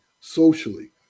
socially